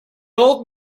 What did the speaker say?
old